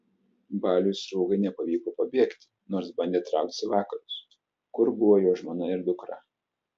baliui sruogai nepavyko pabėgti nors bandė trauktis į vakarus kur buvo jo žmona ir dukra